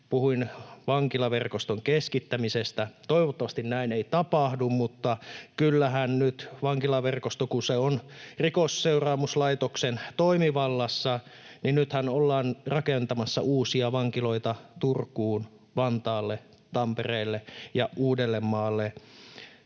Puhuin vankilaverkoston keskittämisestä. Toivottavasti näin ei tapahdu, mutta kyllähän nyt vankilaverkostossa, kun se on Rikosseuraamuslaitoksen toimivallassa, ollaan rakentamassa uusia vankiloita Turkuun, Vantaalle, Tampereelle ja Uudellemaalle.